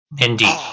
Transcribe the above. Indeed